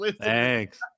Thanks